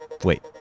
Wait